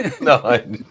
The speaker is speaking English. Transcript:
No